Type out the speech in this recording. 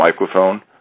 microphone